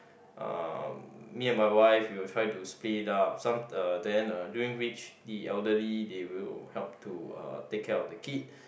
uh me and my wife we will try to spilt it up some uh then uh during which the elderly they will help to uh take care of the kid